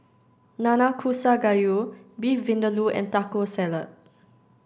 Nanakusa Gayu Beef Vindaloo and Taco Salad